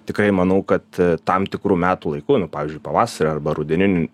tikrai manau kad tam tikru metų laiku nu pavyzdžiui pavasario arba rudeninių